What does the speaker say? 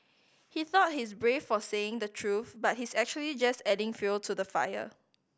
he thought he's brave for saying the truth but he's actually just adding fuel to the fire